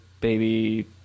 baby